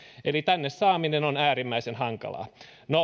eli tänne saaminen on äärimmäisen hankalaa